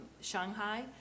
Shanghai